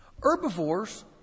Herbivores